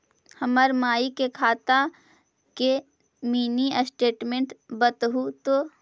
हमर माई के खाता के मीनी स्टेटमेंट बतहु तो?